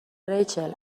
ریچل